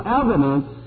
evidence